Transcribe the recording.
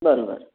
बरोबर